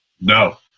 no